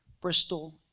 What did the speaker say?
Bristol